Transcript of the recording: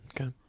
Okay